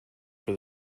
for